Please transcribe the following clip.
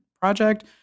project